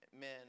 men